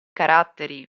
caratteri